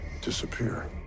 disappear